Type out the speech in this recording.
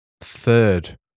third